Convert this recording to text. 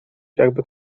jakby